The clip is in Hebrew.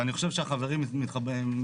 ואני חושב שהחברים מצטרפים אליי.